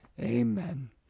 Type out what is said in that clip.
Amen